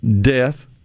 death